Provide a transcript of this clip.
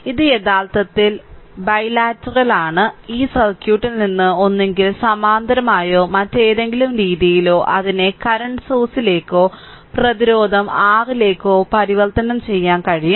ഇത് യഥാർത്ഥത്തിൽ ബൈലാറ്ററൽ ആണ് ഈ സർക്യൂട്ടിൽ നിന്ന് ഒന്നുകിൽ സമാന്തരമായോ മറ്റേതെങ്കിലും രീതിയിലോ അതിനെ കറന്റ് സോഴ്സിലേക്കോ പ്രതിരോധം R യിലേക്കോ പരിവർത്തനം ചെയ്യാൻ കഴിയും